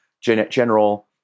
general